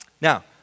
Now